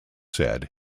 said